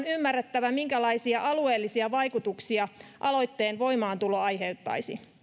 ymmärrettävä minkälaisia alueellisia vaikutuksia aloitteen voimaantulo aiheuttaisi